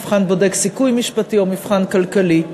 מבחן בודק סיכוי משפטי או מבחן כלכלי.